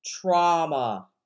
Trauma